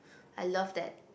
I loved that